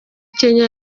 kenya